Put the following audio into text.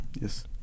Yes